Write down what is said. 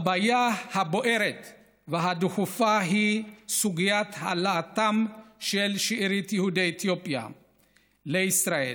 הבעיה הבוערת והדחופה היא סוגיית העלאתם של שארית יהודי אתיופיה לישראל,